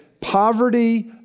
poverty